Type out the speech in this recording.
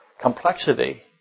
complexity